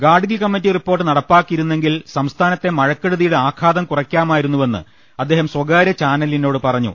Gadgil committee report നടപ്പാക്കിയിരു ന്നെങ്കിൽ സംസ്ഥാനത്തെ മഴക്കെടുതിയുടെ ആഘാതം കുറയ്ക്കാമായി രുന്നുവെന്ന് അദ്ദേഹം സ്വകാര്യ ചാനലിനോട് പറഞ്ഞു